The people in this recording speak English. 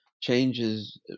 changes